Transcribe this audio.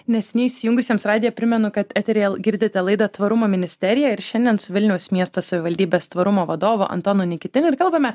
neseniai įsijungusiems radiją primenu kad eteryjel girdite laidą tvarumo ministerija ir šiandien su vilniaus miesto savivaldybės tvarumo vadovu antonu nikitin ir kalbame